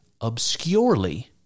obscurely